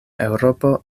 eŭropo